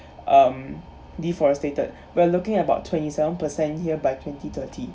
um deforest stated we're looking about twenty seven percent here by twenty thirty